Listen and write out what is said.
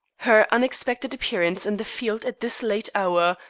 her unexpected appearance in the field at this late hour,